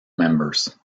members